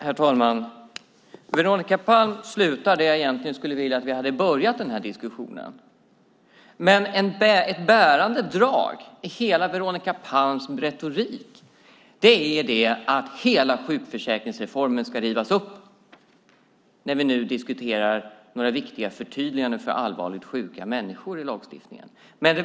Herr talman! Veronica Palm slutade egentligen där jag skulle ha velat börja diskussionen. Ett bärande drag i hela Veronica Palms retorik är att hela sjukförsäkringsreformen ska rivas upp, när vi nu diskuterar några viktiga förtydliganden för allvarligt sjuka människor i lagstiftningen.